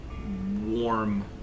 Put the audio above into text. warm